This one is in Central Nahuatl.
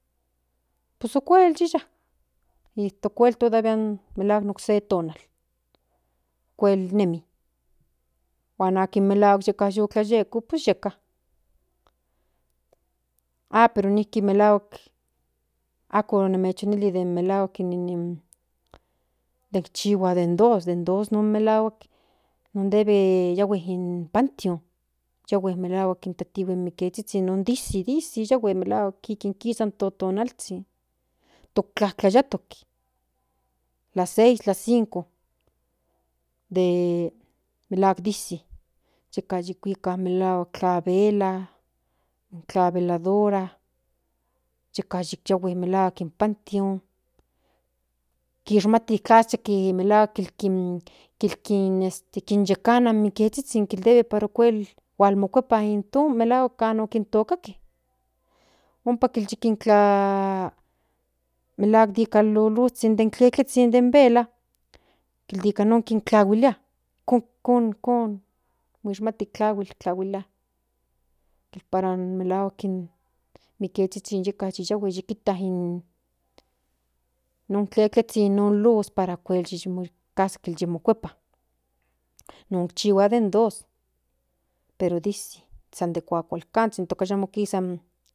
Pues okual yiya ikul melahuak in okse tonal kurl nemi huan akin melahuak yu tlayeko pues yeka a pero ikin melahuak ako nichimili melahuak inin nikchihua den dos den dos non melahuak debe yahui melahuak in panteón yahue kin tatihue in mimikinnzhin non de izi yahue melahuak ijkin kisa in tototnalzhi toktlajtlayatokl las 6 las 5 de mlahuak de izi yeka yikuika melahuka tla vela tla veladora yeka tla yiyahue meelahuak akin panteón kishmati tlacha in melahuak kin kin este yikinekana in mikizhizhin kin debe pero okual hualmakuepa in ikon malguak kan kintokake ompa yi kin tla melahuak ni kin loluzhin tletlezhin den vela kil nikanon kintlahuilia kon kon kishmati tlahui tlahuilia para melahuak in mikiezhizhin yeka yiyahue kijta non tletlezhin non luz para okuel yikinkojkaske yi mokuepa non chihua deb dos pero de izi san kualkakanzhin hasta ayamo kisa in